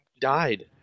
died